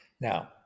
Now